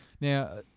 Now